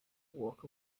walk